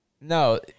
no